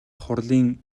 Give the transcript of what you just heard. хурлын